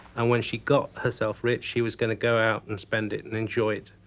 and when she got herself rich, she was going to go out and spend it and enjoy it.